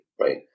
Right